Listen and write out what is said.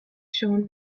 shown